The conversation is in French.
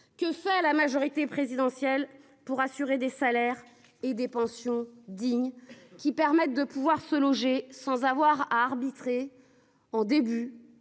Que fait la majorité présidentielle pour assurer des salaires et des pensions digne qui permettent de pouvoir se loger sans avoir à arbitrer. En début ou le